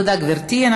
ברשות יושבת-ראש